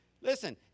Listen